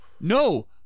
No